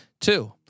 Two